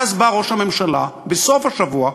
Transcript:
ואז בא ראש הממשלה בסוף השבוע,